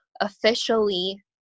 officially